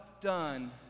done